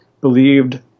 believed